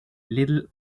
little